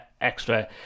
extra